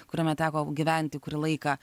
kuriame teko gyventi kurį laiką